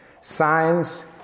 Signs